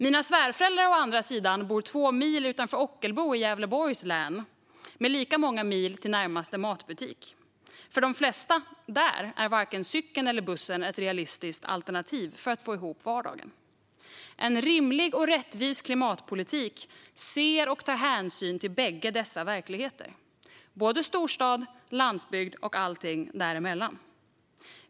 Mina svärföräldrar å andra sidan bor två mil utanför Ockelbo i Gävleborgs län, med lika många mil till närmaste matbutik. För de flesta där är varken cykeln eller bussen ett realistiskt alternativ för att få ihop vardagen. En rimlig och rättvis klimatpolitik ser och tar hänsyn till bägge dessa verkligheter, såväl storstad som landsbygd och allting däremellan.